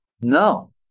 No